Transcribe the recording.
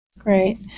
Great